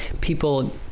people